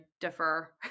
differ